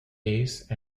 ace